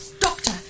Doctor